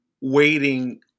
waiting